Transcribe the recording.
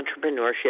entrepreneurship